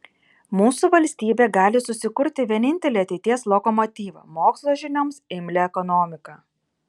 mūsų valstybė gali susikurti vienintelį ateities lokomotyvą mokslo žinioms imlią ekonomiką